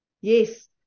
Yes